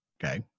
Okay